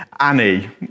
Annie